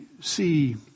see